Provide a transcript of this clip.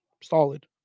Solid